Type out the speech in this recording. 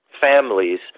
Families